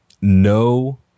no